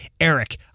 Eric